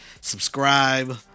Subscribe